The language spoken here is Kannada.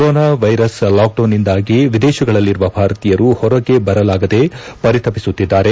ಕೊರೋನಾ ವೈರಸ್ ಲಾಕ್ ಡೌನ್ ನಿಂದಾಗಿ ವಿದೇಶಗಳಲ್ಲಿರುವ ಭಾರತೀಯರು ಪೊರಗೆ ಬರಲಾಗದೇ ಪರಿತಪಿಸುತ್ತಿದ್ದಾರೆ